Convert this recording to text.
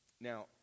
Now